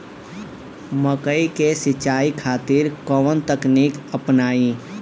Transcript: मकई के सिंचाई खातिर कवन तकनीक अपनाई?